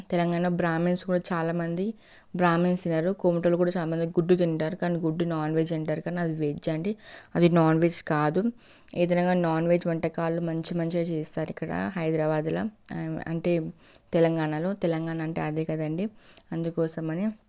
తెలంగాణలో బ్రాహ్మిన్స్ కూడా చాలా మంది బ్రాహ్మిన్స్ కాదు కొమిటోళ్ళు కూడా చాలామంది గుడ్డు తింటారు కానీ గుడ్డు నాన్వెజ్ అంటారు కానీ అది వెజ్ అండి అది నాన్వెజ్ కాదు ఏదైనా కాని నాన్వెజ్ వంటకాలు మంచి మంచిగా చేస్తారు ఇక్కడ హైదరాబాదులో అంటే తెలంగాణలో తెలంగాణ అంటే అదే కదండీ అందుకోసమని